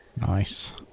Nice